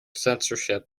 censorship